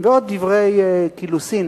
ועוד דברי קילוסים